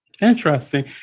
Interesting